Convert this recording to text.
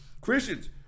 Christians